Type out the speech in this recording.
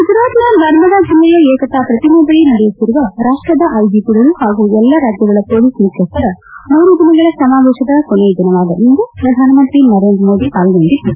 ಗುಜರಾತ್ನ ನರ್ಮದಾ ಜಿಲ್ಲೆಯ ಏಕತಾ ಶ್ರತಿಮೆ ಬಳಿ ನಡೆಯುತ್ತಿರುವ ರಾಷ್ಸದ ಐಜಿಪಿಗಳು ಹಾಗೂ ಎಲ್ಲಾ ರಾಜ್ಗಳ ಪೊಲೀಸ್ ಮುಖ್ಯಸ್ಥರ ಮೂರು ದಿನಗಳ ಸಮಾವೇಶದ ಕೊನೆಯ ದಿನವಾದ ಇಂದು ಶ್ರಧಾನಮಂತ್ರಿ ನರೇಂದ್ರಮೋದಿ ಪಾಲ್ಗೊಂಡಿದ್ದು